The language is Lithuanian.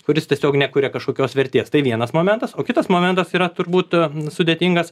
kuris tiesiog nekuria kažkokios vertės tai vienas momentas o kitas momentas yra turbūt sudėtingas